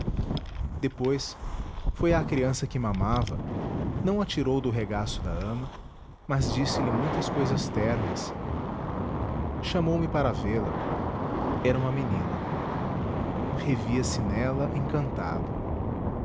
depois foi à criança que mamava não a tirou do regaço da ama mas disse-lhe muitas cousas ternas chamou-me para vê-la era uma menina revia se nela encantado